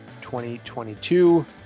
2022